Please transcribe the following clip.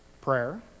prayer